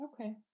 Okay